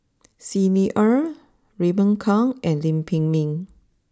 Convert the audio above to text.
Xi Ni Er Raymond Kang and Lam Pin Min